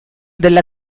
della